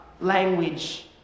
language